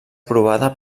aprovada